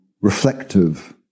reflective